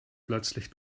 plötzlich